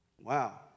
Wow